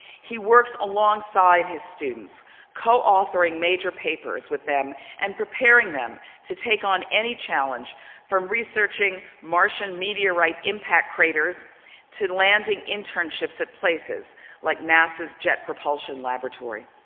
he works alongside his students coauthoring major papers with them and preparing them to take on any challenge from researching martian meteorite impact craters to landing internships at places like nasa's jet-propulsion laboratory.